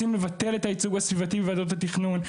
רוצים לבטל את הייצוג הסביבתי בוועדות התכנון,